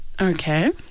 Okay